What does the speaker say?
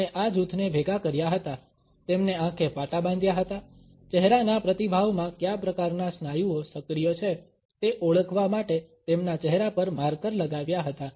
તેમણે આ જૂથને ભેગા કર્યા હતા તેમને આંખે પાટા બાંધ્યા હતા ચહેરાના પ્રતિભાવમાં કયા પ્રકારના સ્નાયુઓ સક્રિય છે તે ઓળખવા માટે તેમના ચહેરા પર માર્કર લગાવ્યા હતા